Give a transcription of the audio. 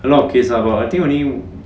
a lot of case ah but I think only